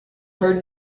heard